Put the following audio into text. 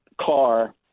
car